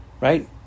Right